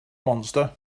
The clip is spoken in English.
monster